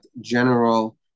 general